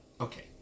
Okay